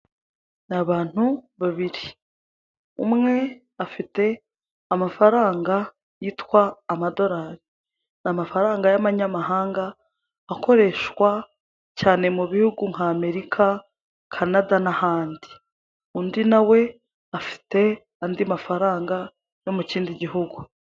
Ni abantu babiri, umwe afite amafaranga yitwa amadolari, ni amafaranga y'amanyamahanga akoreshwa cyane mu bihugu nk'Amerika, Canada n'ahandi. Undi nawe afite andi mafaranga yo mu kindi gihugu.